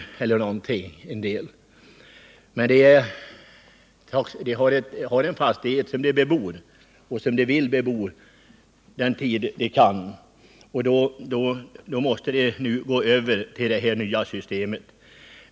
Men det finns också personer som bara har en jordbruksfastighet som de bebor och som de vill bebo den tid de kan, och de måste nu gå över till det nya systemet.